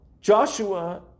Joshua